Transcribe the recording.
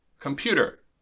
computer